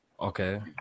Okay